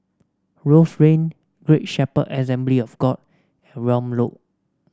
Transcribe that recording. Rose Lane Great Shepherd Assembly of God Welm Road